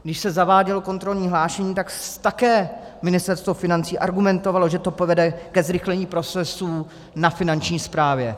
Když se zavádělo kontrolní hlášení, tak také Ministerstvo financí argumentovalo, že to povede ke zrychlení procesů na Finanční správě.